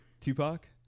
Tupac